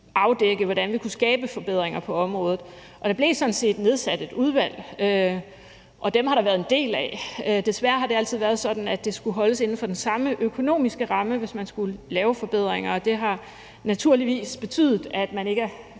afdække, hvordan vi kunne skabe forbedringer på området, og hvor der sådan set også blev nedsat et udvalg, og udvalg har der været en del af. Desværre har det altid været sådan, at det skulle holdes inden for den samme økonomiske ramme, hvis man skulle lave forbedringer, og det har naturligvis betydet, at man ikke er